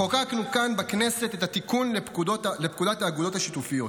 חוקקנו כאן בכנסת את התיקון לפקודת האגודות השיתופיות.